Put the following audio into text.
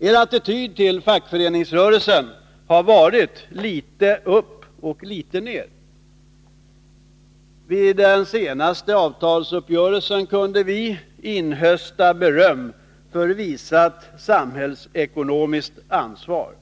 Er attityd till fackföreningsrörelsen har varit litet upp och litet ner. Vid den senaste avtalsuppgörelsen kunde vi inhösta beröm för visat samhällsekonomiskt ansvar.